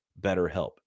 BetterHelp